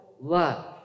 love